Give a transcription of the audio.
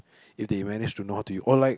if they manage to know how to use or like